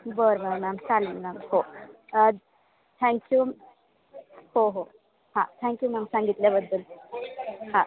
बरं बरं मॅम चालेल मॅम हो थँक्यू हो हो हां थँक्यू मॅम सांगितल्याबद्दल हां